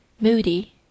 moody